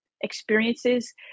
experiences